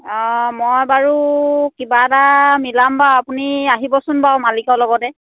অঁ মই বাৰু কিবা এটা মিলাম বাৰু আপুনি আহিবচোন বাৰু মালিকৰ লগতে